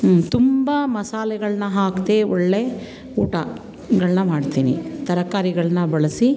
ತುಂಬ ಮಸಾಲೆಗಳನ್ನ ಹಾಕದೇ ಒಳ್ಳೆಯ ಊಟಗಳನ್ನ ಮಾಡ್ತೀನಿ ತರಕಾರಿಗಳನ್ನ ಬಳಸಿ